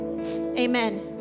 Amen